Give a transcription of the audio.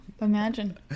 Imagine